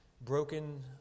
broken